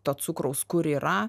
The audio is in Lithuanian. to cukraus kur yra